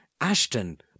Ashton